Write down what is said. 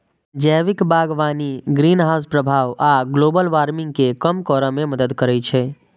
जैविक बागवानी ग्रीनहाउस प्रभाव आ ग्लोबल वार्मिंग कें कम करै मे योगदान करै छै